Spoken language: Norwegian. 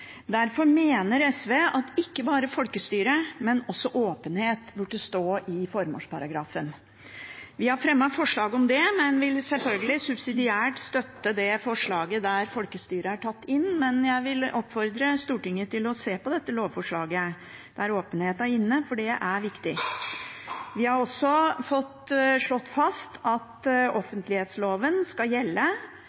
Derfor mener SV at ikke bare folkestyret, men også åpenhet burde stå i formålsparagrafen. Vi har fremmet forslag om det, men vil selvfølgelig subsidiært støtte forslaget der folkestyret er tatt inn. Men jeg vil oppfordre Stortinget til å se på lovforslaget der åpenhet er inne, for det er viktig. Vi har også fått slått fast at